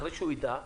אחרי שהוא ידע,